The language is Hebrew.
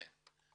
כן.